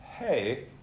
hey